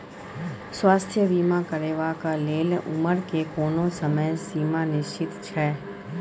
स्वास्थ्य बीमा करेवाक के लेल उमर के कोनो समय सीमा निश्चित छै?